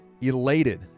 elated